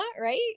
right